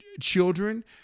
children